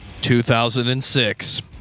2006